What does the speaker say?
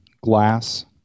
glass